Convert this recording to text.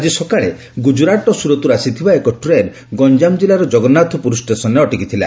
ଆକି ସକାଳେ ଗୁଜୁରାଟର ସୁରତରୁ ଆସିଥିବା ଏକ ଟ୍ରେନ୍ ଗଞ୍ଞାମ ଜିଲ୍ଲାର ଜଗନ୍ନାଥପୁର ଷେସନରେ ଅଟକିଥିଲା